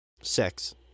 Sex